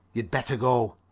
you'd better go.